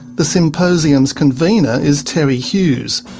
the symposium's convenor is terry hughes,